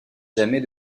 jamais